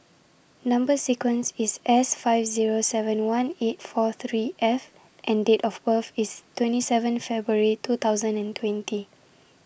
Number sequence IS S five Zero seven one eight four three F and Date of birth IS twenty seven February two thousand and twenty